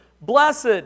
blessed